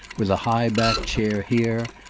with a high-backed chair here,